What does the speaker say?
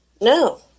No